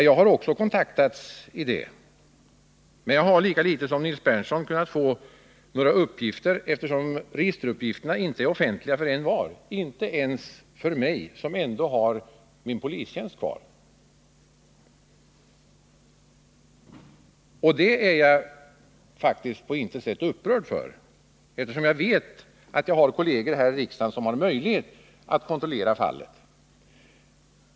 Jag har också kontaktats i det fallet, men jag har lika litet som Nils Berndtson kunnat få några uppgifter, eftersom registeruppgifterna inte är offentliga för envar och inte ens för mig som ändå har min polistjänst kvar. Och att det förhåller sig på det sättet är jag på intet sätt upprörd över, eftersom jag vet att jag har kolleger här i riksdagen som har möjlighet att kontrollera fallet.